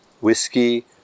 whiskey